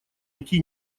идти